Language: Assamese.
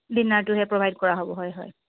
ডিনাৰটোহে প্ৰভাইড কৰা হ'ব হয় হয়